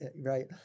right